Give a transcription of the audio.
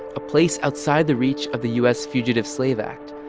a place outside the reach of the u s. fugitive slave act.